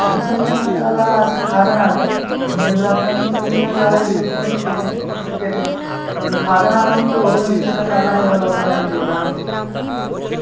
बहु समीचीनकालः आसीत् खादनार्थम् अन्यदर्थं तु समीचीनकालः इति वक्तुं न शक्यते शक्यते परन्तु खादनार्थं तु बहु समीचीनकालः एव लाक्डौन् इति वदामि